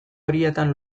horietan